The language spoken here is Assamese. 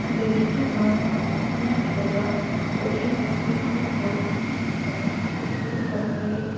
বিভিন্ন ধৰণৰ অসমীয়া থলুৱা কঠিন ৰেচিপিসমূহ হ'ল যেনে কচুৰ তৰকাৰী